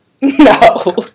no